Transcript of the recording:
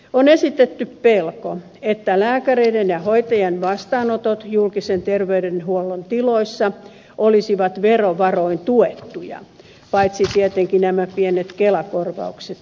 on esitetty pelko että lääkäreiden ja hoitajien vastaanotot julkisen terveydenhuollon tiloissa olisivat verovaroin tuettuja paitsi tietenkin nämä pienet kelakorvaukset